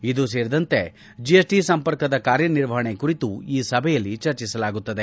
ಇದು ಸೇರಿದಂತೆ ಜಿಎಸ್ಟಿ ಸಂಪರ್ಕದ ಕಾರ್ಯನಿರ್ವಹಣೆ ಕುರಿತೂ ಈ ಸಭೆಯಲ್ಲಿ ಚರ್ಚಿಸಲಾಗುತ್ತದೆ